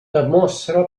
demostra